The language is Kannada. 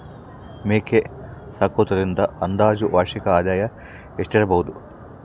ಮೇಕೆ ಸಾಕುವುದರಿಂದ ಅಂದಾಜು ವಾರ್ಷಿಕ ಆದಾಯ ಎಷ್ಟಿರಬಹುದು?